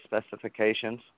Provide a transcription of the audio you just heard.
specifications